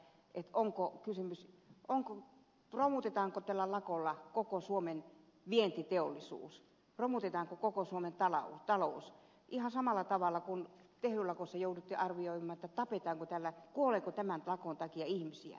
etk onko kysymys sitten romutetaanko tällä lakolla koko suomen vientiteollisuus romutetaanko koko suomen talous ihan samalla tavalla kuin tehyn lakossa jouduttiin arvioimaan kuoleeko tämän lakon takia ihmisiä